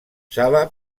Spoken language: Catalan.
sala